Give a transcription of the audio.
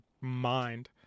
mind